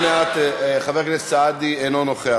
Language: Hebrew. חבר הכנסת סעדי, אינו נוכח.